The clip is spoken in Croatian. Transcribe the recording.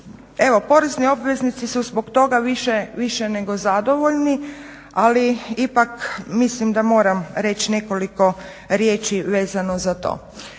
Evo porezni obveznici su zbog toga više nego zadovoljni, ali ipak mislim da moram reći nekoliko riječi vezano za to.